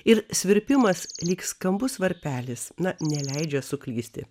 ir svirpimas lyg skambus varpelis na neleidžia suklysti